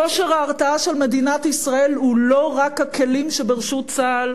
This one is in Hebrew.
כושר ההרתעה של מדינת ישראל הוא לא רק הכלים שברשות צה"ל,